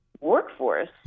workforce